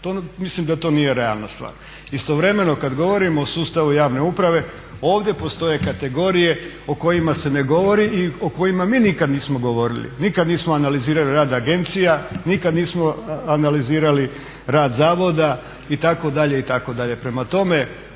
Mislim da to nije realna stvar. Istovremeno kad govorimo o sustavu javne uprave ovdje postoje kategorije o kojima se ne govori i o kojima mi nikada nismo govorili. Nikad nismo analizirali rad agencija, nikad nismo analizirali rad zavoda itd.